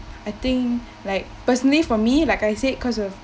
I think like personally for me like I said cause of